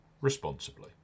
responsibly